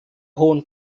hohen